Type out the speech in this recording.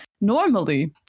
Normally